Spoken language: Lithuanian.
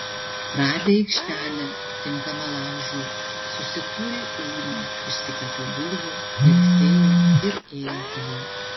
radę aikštelę tinkamą laužui susikūrė ugnį išsikepė bulvių pailsėjo ir ėjo toliau